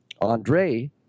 Andre